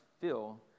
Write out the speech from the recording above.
feel